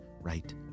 right